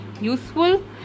useful